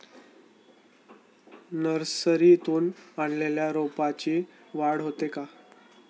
नर्सरीतून आणलेल्या रोपाची वाढ होते का?